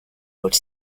were